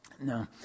No